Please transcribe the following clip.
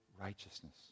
righteousness